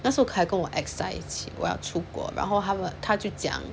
那时候开工我 excites 我要出国然后他们他就讲